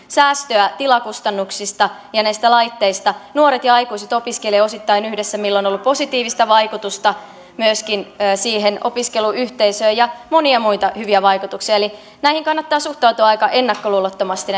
säästöä tilakustannuksista ja näistä laitteista nuoret ja aikuiset opiskelevat osittain yhdessä millä on ollut positiivista vaikutusta myöskin siihen opiskeluyhteisöön ja monia muita hyviä vaikutuksia eli näihin uusiin malleihin kannattaa suhtautua aika ennakkoluulottomasti